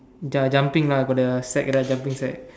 their jumping lah right jumping sack